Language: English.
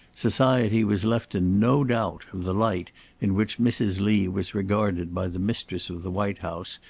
society was left in no doubt of the light in which mrs. lee was regarded by the mistress of the white house,